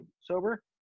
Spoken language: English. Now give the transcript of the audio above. sober